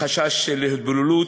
מחשש של התבוללות,